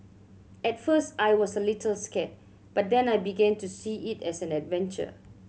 at first I was a little scared but then I began to see it as an adventure